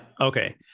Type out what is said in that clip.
Okay